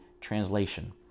translation